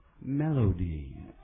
melody